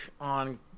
on